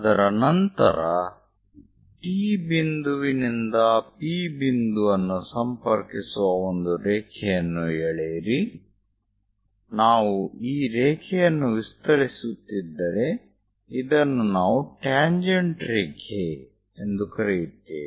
ಅದರ ನಂತರ T ಬಿಂದುವಿನಿಂದ P ಬಿಂದುವನ್ನು ಸಂಪರ್ಕಿಸುವ ಒಂದು ರೇಖೆಯನ್ನು ಎಳೆಯಿರಿ ನಾವು ಈ ರೇಖೆಯನ್ನು ವಿಸ್ತರಿಸುತ್ತಿದ್ದರೆ ಇದನ್ನು ನಾವು ಟ್ಯಾಂಜೆಂಟ್ ರೇಖೆ ಎಂದು ಕರೆಯುತ್ತೇವೆ